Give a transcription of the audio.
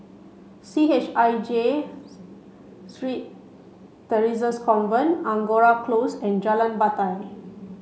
C H I J Theresa's Convent Angora Close and Jalan Batai